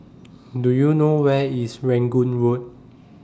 Do YOU know Where IS Rangoon Road